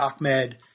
Ahmed